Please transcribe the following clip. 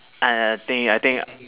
uh I think I think